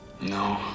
No